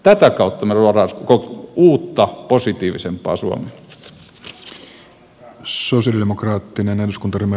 tätä kautta me luomme uutta positiivisempaa suomea